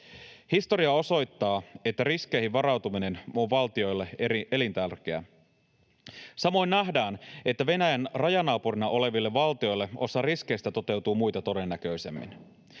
Historia osoittaa, että riskeihin varautuminen on valtioille elintärkeää. Samoin nähdään, että Venäjän rajanaapurina oleville valtioille osa riskeistä toteutuu muita todennäköisemmin.